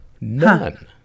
none